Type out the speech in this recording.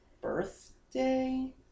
birthday